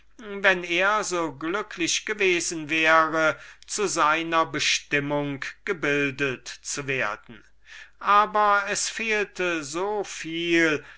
wenn er so glücklich gewesen wäre zu seiner bestimmung gebildet zu werden aber es fehlte soviel